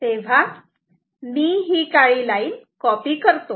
तेव्हा मी ही काळी लाईन कॉपी करतो